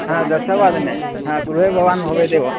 हा दशवादने हा गृहे भवान् भवेदेव